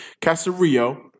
Casario